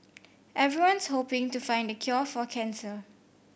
everyone's hoping to find the cure for cancer